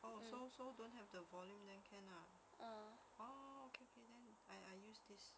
oh so so don't have the volume then can lah uh oh okay okay then I I use this